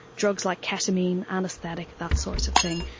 drugs like ketamine, anaesthetic, that sort of thing.